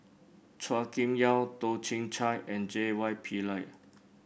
Chua Kim Yeow Toh Chin Chye and J Y Pillay